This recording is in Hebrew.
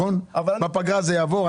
בפגרה זה יעבור?